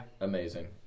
Amazing